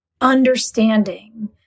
understanding